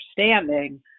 understanding